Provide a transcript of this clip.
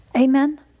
Amen